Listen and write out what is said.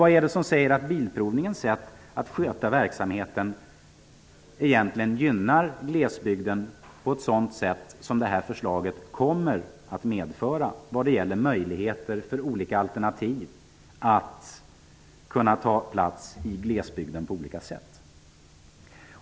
Vad är det som säger att Svensk Bilprovnings sätt att sköta verksamheten egentligen gynnar glesbygden på det sätt som vårt förslag kommer att medföra vad gäller möjligheten för olika alternativ att etablera sig i glesbygden på olika sätt?